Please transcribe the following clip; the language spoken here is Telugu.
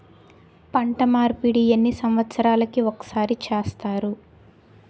పంట మార్పిడి ఎన్ని సంవత్సరాలకి ఒక్కసారి చేస్తారు?